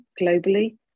globally